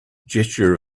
gesture